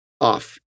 off